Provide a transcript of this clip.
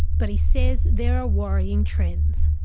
but he says there are worrying trends.